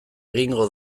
egingo